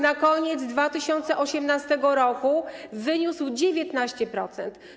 na koniec 2018 r. wyniósł 19%.